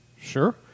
Sure